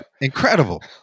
incredible